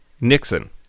Nixon